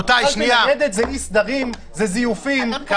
קלפי ניידת זה אי סדרים, זיופים.